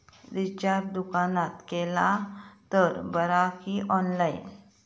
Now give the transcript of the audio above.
Recharge दुकानात केला तर बरा की ऑनलाइन?